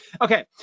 Okay